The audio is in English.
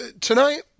tonight